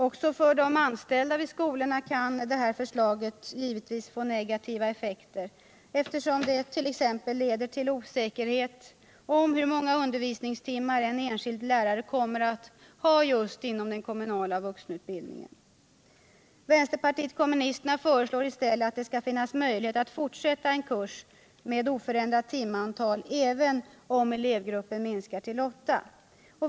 Också för de anställda vid skolorna kan detta förslag givetvis få negativa effekter, eftersom det t.ex. leder till osäkerhet om hur många undervisningstimmar en enskild lärare kommer att ha just inom den kommunala vuxenutbildningen. Vänsterpartiet kommunisterna föreslår i stället att det skall finnas möjlighet att fortsätta en kurs med oförändrat timantal även om elevgruppen minskar till åtta.